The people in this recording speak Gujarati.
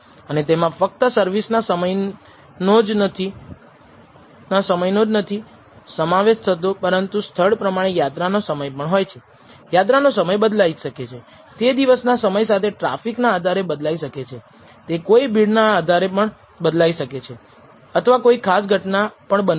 અને તેમાં ફક્ત સર્વિસ ના સમય નો જ નથી સમાવેશ થતો પરંતુ સ્થળ પ્રમાણે યાત્રાનો સમય પણ હોય છે યાત્રાનો સમય બદલાય શકે છે તે દિવસના સમય સાથે ટ્રાફિક ના આધારે બદલાય શકે છે તે કોઈ ભિડના કારણે પણ બદલાઈ શકે છે અથવા કોઈ ખાસ ઘટના પણ બનેલો હોય